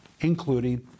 including